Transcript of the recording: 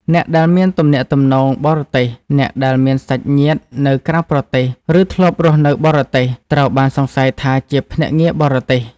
អ្នកដែលមានទំនាក់ទំនងបរទេស អ្នកដែលមានសាច់ញាតិនៅក្រៅប្រទេស ឬធ្លាប់រស់នៅបរទេស ត្រូវបានសង្ស័យថាជាភ្នាក់ងារបរទេស។